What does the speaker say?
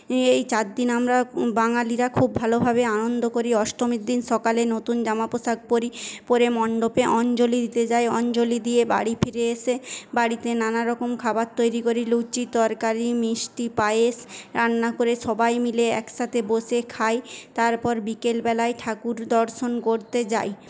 এই চার দিন আমরা বাঙালিরা খুব ভালো ভাবে আনন্দ করি অষ্টমীর দিন সকালে নতুন জামা পোশাক পরি পরে মণ্ডপে অঞ্জলি দিতে যাই অঞ্জলি দিয়ে বাড়ি ফিরে এসে বাড়িতে নানারকম খাবার তৈরি করি লুচি তরকারি মিষ্টি পায়েস রান্না করে সবাই মিলে একসাথে বসে খাই তারপর বিকেলবেলায় ঠাকুর দর্শন করতে যাই